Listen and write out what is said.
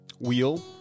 wheel